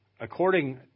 according